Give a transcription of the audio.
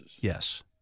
Yes